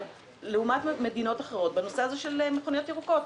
לעומת מדינות אחרות בנושא מכוניות ירוקות.